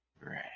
Right